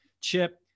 Chip